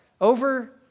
over